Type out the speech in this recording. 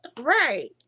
Right